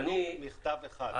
ולו מכתב אחד.